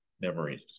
memories